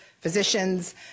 physicians